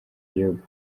gihugu